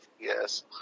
Yes